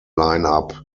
lineup